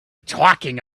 talking